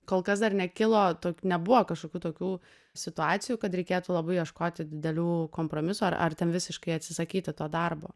kol kas dar nekilo nebuvo kažkokių tokių situacijų kad reikėtų labai ieškoti didelių kompromisų ar ar ten visiškai atsisakyti to darbo